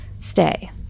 stay